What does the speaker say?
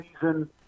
season